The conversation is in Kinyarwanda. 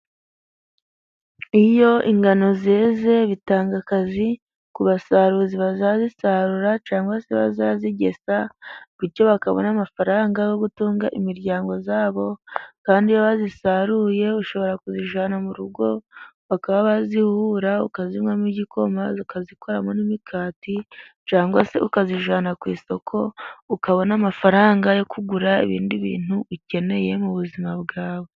Iyo ingano zeze, bitanga akazi ku basaruzi bazazisarura cyangwa se abazazigesa, gutyo bakabona amafaranga yo gutunga imiryango yabo, kandi iyo bazisaruye ushobora kuzijyana mu rugo bakaba bazihuhura ukazinywamo igikoma ukazikoramo n'imikati, cyangwa se ukazijyana ku isoko ukabona amafaranga yo kugura ibindi bintu ukeneye mu buzima bwawe.